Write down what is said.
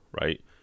right